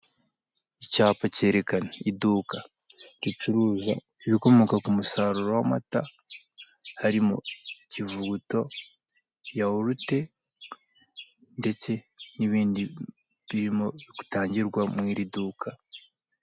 Icyapa kerekana iduka ricuruza ibikomoka ku musaruro w'amata harimo ikivuguto, yawurute ndetse n'ibindi birimo gutangirwa muri iri duka.